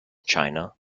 china